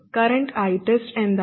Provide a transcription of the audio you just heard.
current ITEST എന്താണ്